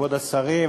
כבוד השרים,